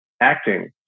acting